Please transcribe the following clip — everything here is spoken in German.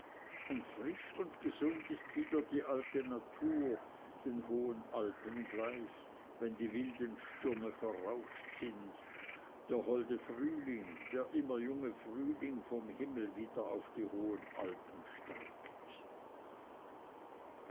und frisch und gesund ist wieder die alte natur den hohen alpen gleich wenn die wilden stürme verrauscht sind der holde frühling der immer junge frühling vom himmel wieder auf die hohen alpen steigt